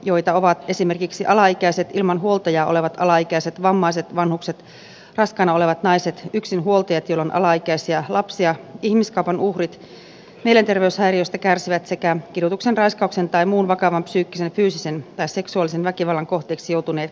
heitä ovat esimerkiksi alaikäiset ilman huoltajaa olevat alaikäiset vammaiset vanhukset raskaana olevat naiset yksinhuoltajat joilla on alaikäisiä lapsia ihmiskaupan uhrit mielenterveyshäiriöistä kärsivät sekä kidutuksen raiskauksen tai muun vakavan psyykkisen fyysisen tai seksuaalisen väkivallan kohteeksi joutuneet henkilöt